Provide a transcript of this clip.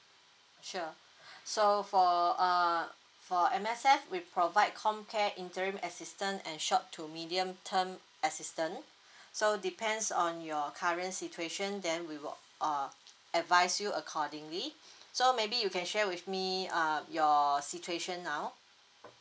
sure so for uh for M_S_F we provide comcare interim assistance and short to medium term assistance so depends on your current situation then we will uh advise you accordingly so maybe you can share with me uh your situation now